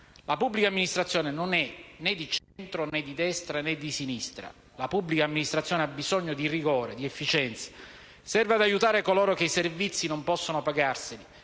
La pubblica amministrazione non è né di centro né di destra né di sinistra. La pubblica amministrazione ha bisogno di rigore ed efficienza. Serve ad aiutare coloro che i servizi non possono pagarseli